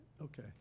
Okay